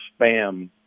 spam